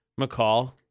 McCall